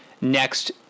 next